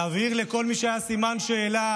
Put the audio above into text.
להבהיר לכל מי לו שהיה סימן שאלה